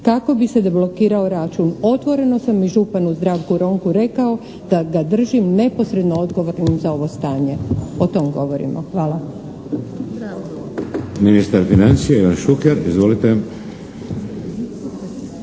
kako bi se deblokirao račun. Otvoreno sam i županu Zdravku Ronku rekao da ga držim neposredno odgovornim za ovo stanje". O tom govorimo. Hvala.